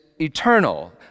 eternal